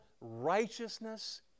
righteousness